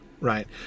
right